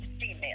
female